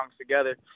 together